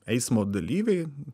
eismo dalyviai